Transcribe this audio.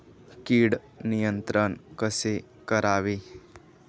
कीड नियंत्रण कसे करावे?